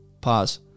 pause